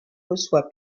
reçoit